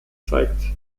zeigt